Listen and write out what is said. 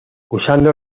usando